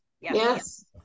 Yes